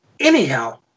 Anyhow